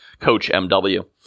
CoachMW